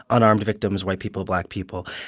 unarmed victims, white people, black people.